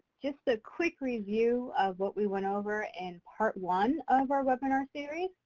just a quick review of what we went over in part one of our webinar series.